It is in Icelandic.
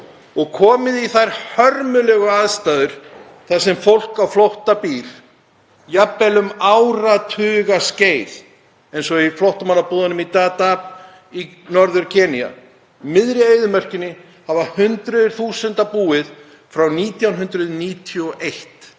hefur í þær hörmulegu aðstæður þar sem fólk á flótta býr, jafnvel um áratugaskeið, eins og í flóttamannabúðunum í Dadaab í Norður-Keníu — í miðri eyðimörkinni hafa hundruð þúsunda búið, sum